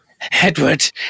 Edward